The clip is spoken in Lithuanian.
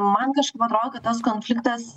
man kažkaip atrodo kad tas konfliktas